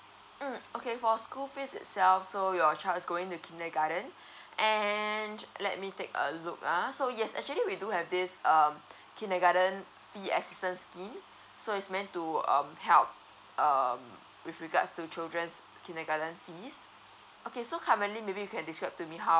mm okay for school fees itself so your child is going to kindergarten and let me take a look uh so yes actually we do have this um kindergarten fee assistant scheme so it's meant to um help um with regards to children's kindergarten fees okay so currently maybe you can describe to me how